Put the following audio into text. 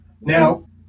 Now